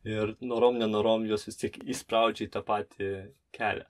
ir norom nenorom juos vis tiek įspraudžia į tą patį kelią